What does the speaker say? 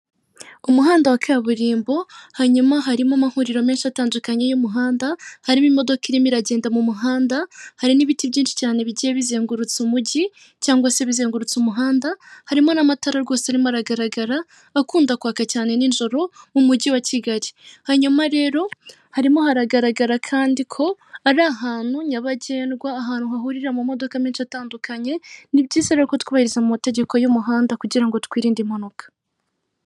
Umuhanda wa kaburimbo hanyuma harimo amahuriro menshi atandukanye y'umuhanda, harimo imodoka irimo iragenda mu muhanda hari n'ibiti byinshi cyane bigiye bizengurutsa umujyi, cyangwa se bizengurutse umuhanda harimo n'amatara rwose arimo aragaragara, akunda kwaka cyane nijoro mu mujyi wa kigali, hanyuma rero harimo haragaragara kandi ko ari ahantu nyabagendwa ahantu hahurira mu modoka menshi atandukanye, ni byiza mu mategeko y'umuhanda kugira ngo twirinde impanuka.